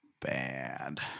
bad